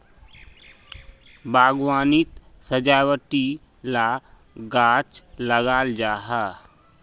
बाग्वानित सजावटी ला गाछ लगाल जाहा